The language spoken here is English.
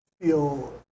feel